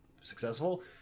successful